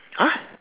!huh!